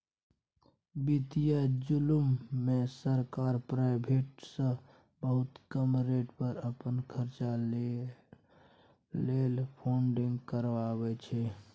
बित्तीय जुलुम मे सरकार प्राइबेट सँ बहुत कम रेट पर अपन खरचा लेल फंडिंग करबाबै छै